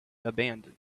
abandoned